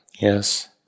yes